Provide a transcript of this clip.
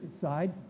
side